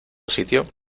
sitio